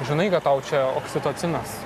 žinai kad tau čia oksitocinas